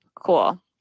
cool